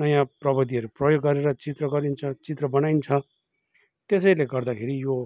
नयाँ प्रविधिहरू प्रयोग गरेर चित्र गरिन्छ चित्र बनाइन्छ त्यसैले गर्दाखेरि यो